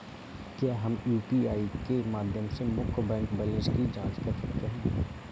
क्या हम यू.पी.आई के माध्यम से मुख्य बैंक बैलेंस की जाँच कर सकते हैं?